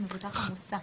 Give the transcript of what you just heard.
כתוב, מבוטח המוסע.